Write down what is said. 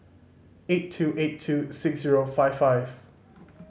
eight two eight two six zero five five